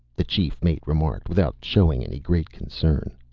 the chief mate remarked without showing any great concern.